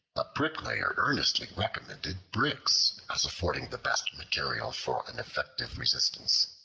a bricklayer earnestly recommended bricks as affording the best material for an effective resistance.